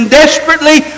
desperately